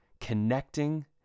connecting